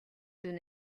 дүн